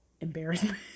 embarrassment